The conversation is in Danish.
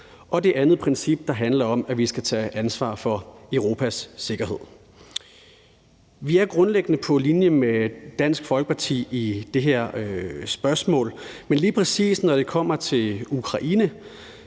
Det andet princip handler om, at vi skal tage ansvar for Europas sikkerhed. Vi er grundlæggende på linje med Dansk Folkeparti i det her spørgsmål, men lige præcis når det kommer til Ukraine,